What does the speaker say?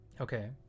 okay